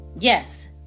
Yes